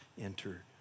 enter